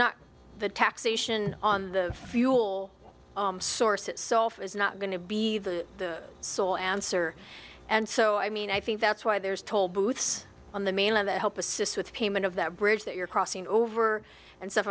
not the taxation on the fuel source itself is not going to be the sole answer and so i mean i think that's why there's tollbooths on the mainland help assist with the payment of that bridge that you're crossing over and s